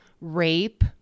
rape